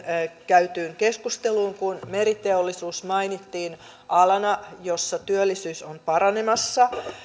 käytyyn keskusteluun kun meriteollisuus mainittiin alana jolla työllisyys on paranemassa